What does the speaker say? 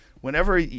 Whenever